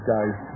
Guys